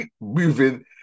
moving